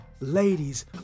ladies